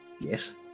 yes